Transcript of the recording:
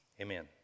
Amen